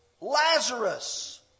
Lazarus